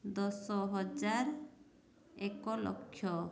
ଦଶ ହଜାର ଏକ ଲକ୍ଷ